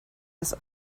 das